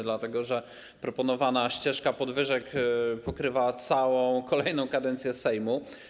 Dlatego że proponowana ścieżka podwyżek pokrywa całą kolejną kadencję Sejmu.